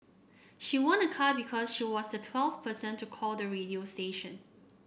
she won a car because she was the twelfth person to call the radio station